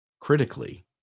critically